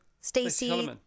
Stacey